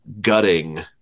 gutting